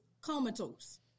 comatose